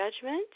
judgment